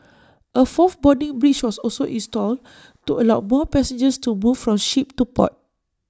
A fourth boarding bridge was also installed to allow more passengers to move from ship to port